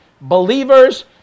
believers